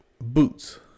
Boots